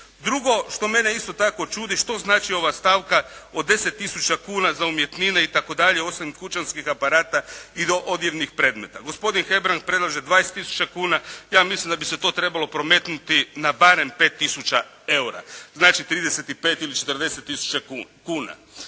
Drugo što mene isto tako čudi, što znači ova stavka od 10 tisuća kuna za umjetnine itd. osim kućanskih aparata i odjevnih predmeta. Gospodin Hebrang predlaže 20 tisuća kuna, ja mislim da bi se to trebalo prometnuti na barem 5 tisuća euri, znači, 35 ili 40 tisuća kuna.